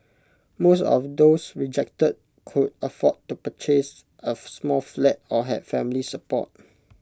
most of those rejected could afford to purchase of small flat or had family support